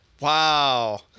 Wow